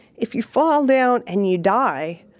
if you fall down and you die,